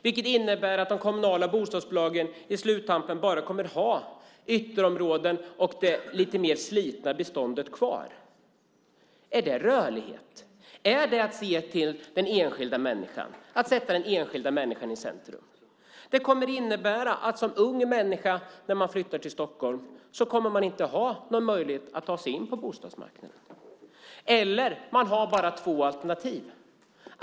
Det innebär att de kommunala bostadsbolagen i sluttampen bara kommer att ha ytterområden och det lite mer slitna beståndet kvar. Är det rörlighet? Är det att se till den enskilda människan, att sätta den enskilda människan i centrum? Detta kommer att innebära att en ung människa som flyttar till Stockholm inte kommer att ha någon möjlighet att ta sig in på bostadsmarknaden. Man har bara två alternativ.